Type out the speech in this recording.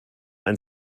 ein